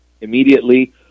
immediately